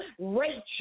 Rachel